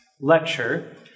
lecture